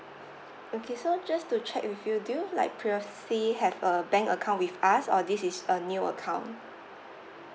okay so just to check with you do you like previously have a bank account with us or this is a new account